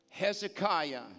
Hezekiah